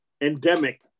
endemic